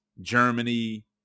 Germany